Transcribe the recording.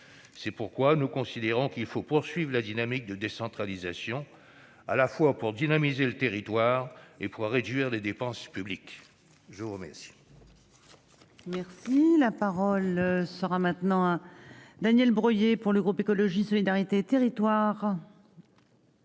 C'est pourquoi nous considérons qu'il faut poursuivre la trajectoire de décentralisation, à la fois pour dynamiser les territoires et pour réduire les dépenses publiques. La parole